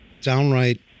downright